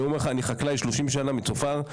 אני אומר לך, אני חקלאי שלושים שנה מצופר.